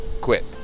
quit